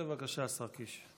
בבקשה, השר קיש.